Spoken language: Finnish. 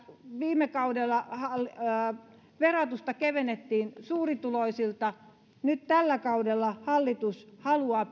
viime kaudella verotusta kevennettiin suurituloisilta nyt tällä kaudella hallitus haluaa